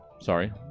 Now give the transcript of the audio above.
sorry